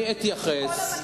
אתייחס.